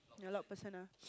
you're loud person ah